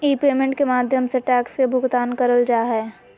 ई payment के माध्यम से टैक्स के भुगतान करल जा हय